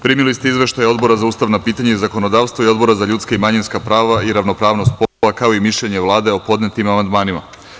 Primili ste izveštaje Odbora za ustavna pitanja i zakonodavstvo i Odbora za ljudska i manjinska prava i ravnopravnost polova, kao i mišljenje Vlade o podnetim amandmanima.